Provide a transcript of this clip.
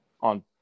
on